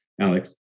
Alex